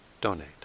donate